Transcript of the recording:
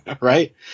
Right